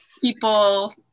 people